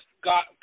got